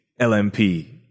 LMP